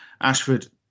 Ashford